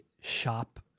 shop